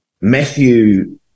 Matthew